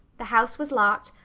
the house was locked,